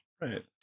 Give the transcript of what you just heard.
right